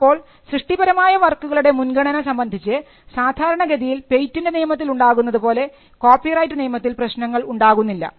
അപ്പോൾ സൃഷ്ടിപരമായ വർക്കുകളുടെ മുൻഗണന സംബന്ധിച്ച് സാധാരണഗതിയിൽ പേറ്റന്റ് നിയമത്തിൽ ഉണ്ടാകുന്നതുപോലെ കോപ്പിറൈറ്റ് നിയമത്തിൽ പ്രശ്നങ്ങൾ ഉണ്ടാകുന്നില്ല